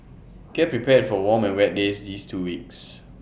get prepared for warm and wet days these two weeks